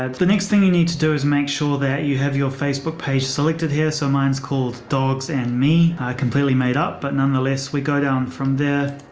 ah the next thing you need to do is make sure that you have your facebook page selected here. so mine's called dogs and me completely made up. but nonetheless, we go down from there.